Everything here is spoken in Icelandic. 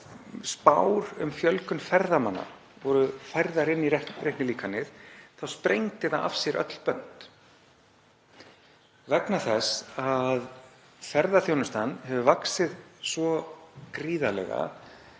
spár um fjölgun ferðamanna voru færðar inn í reiknilíkanið þá sprengdi það af sér öll bönd. Ferðaþjónustan hefur vaxið svo gríðarlega